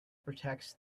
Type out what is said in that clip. protects